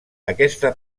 aquesta